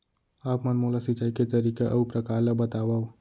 आप मन मोला सिंचाई के तरीका अऊ प्रकार ल बतावव?